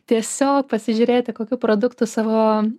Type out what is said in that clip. tiesiog pasižiūrėti kokių produktų savo